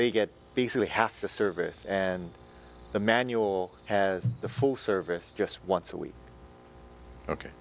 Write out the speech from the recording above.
they get basically half the service and the manual has the full service just once a week ok